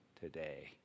today